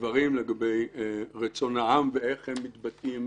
דברים לגבי רצון העם, ואיך הם מתבטאים